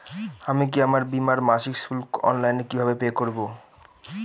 আমি কি আমার বীমার মাসিক শুল্ক অনলাইনে কিভাবে পে করব?